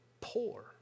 poor